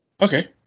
Okay